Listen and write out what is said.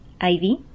Ivy